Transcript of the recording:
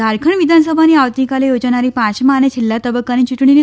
ઝારખંડ વિધાનસભાની આવતીકાલે યોજાનારી પાંચમા અને છેલ્લા તબક્કાની ચૂંટણીની